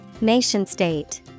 Nation-state